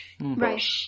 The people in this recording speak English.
Right